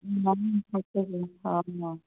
ହଁ ହଁ